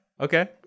Okay